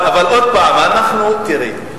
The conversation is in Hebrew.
אבל עוד פעם: תראי,